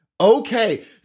Okay